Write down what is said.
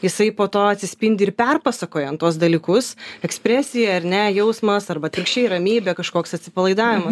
jisai po to atsispindi ir perpasakojant tuos dalykus ekspresija ar ne jausmas arba atvirkščiai ramybė kažkoks atsipalaidavimas